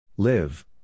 Live